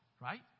right